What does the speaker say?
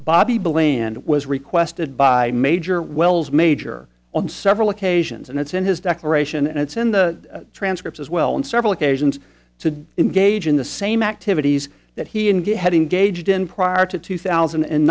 bobby bland was requested by major wells major on several occasions and it's in his declaration and it's in the transcript as well on several occasions to engage in the same activities that he indeed had engaged in prior to two thousand and